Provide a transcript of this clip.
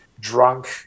Drunk